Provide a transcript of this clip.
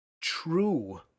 true